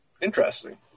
Interesting